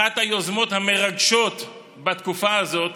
אחת היוזמות המרגשות בתקופה הזאת